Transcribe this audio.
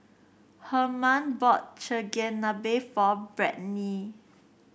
Harman bought Chigenabe for Brittnie